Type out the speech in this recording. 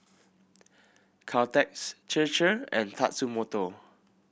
Caltex Chir Chir and Tatsumoto